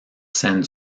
seine